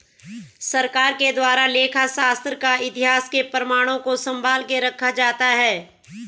सरकार के द्वारा लेखा शास्त्र का इतिहास के प्रमाणों को सम्भाल के रखा जाता है